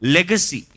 Legacy